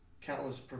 countless